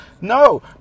No